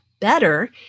better